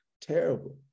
terrible